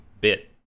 bit